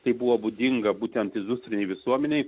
tai buvo būdinga būtent industrinėje visuomenėje